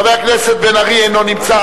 חבר הכנסת בן-ארי, אינו נמצא.